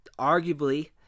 arguably